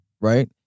Right